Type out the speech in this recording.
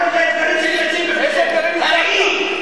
אתם מסתכלים בראי,